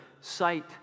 sight